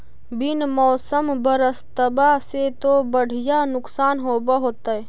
बिन मौसम बरसतबा से तो बढ़िया नुक्सान होब होतै?